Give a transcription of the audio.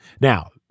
Now